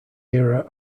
era